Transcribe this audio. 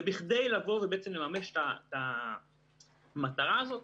וכדי לבוא ולממש את המטרה הזאת,